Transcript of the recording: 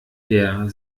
der